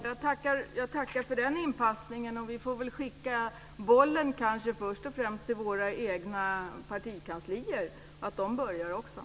Fru talman! Jag tackar för den passningen. Vi får kanske först och främst skicka bollen till våra egna partikanslier, så att också de börjar agera.